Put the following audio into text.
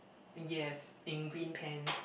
yes in green pants